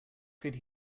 could